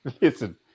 Listen